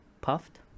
puffed